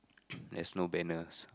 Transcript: there's no banner also